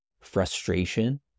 frustration